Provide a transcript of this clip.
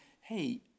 hey